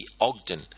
Ogden